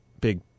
big